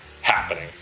happening